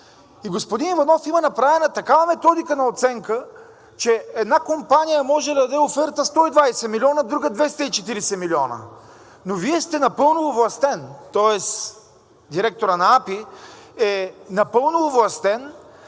Господин Иванов, има направена такава методика на оценка, че една компания може да даде оферта 120 милиона, друга 240 милиона, но Вие сте напълно овластен, тоест директорът на АПИ е напълно овластен